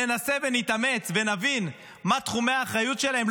ננסה ונתאמץ ונבין מה תחומי האחריות שלהם,